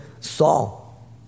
Saul